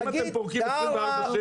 האם אתם פורקים 24/7?